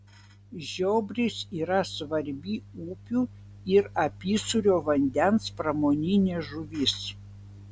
žiobris yra svarbi upių ir apysūrio vandens pramoninė žuvis